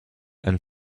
and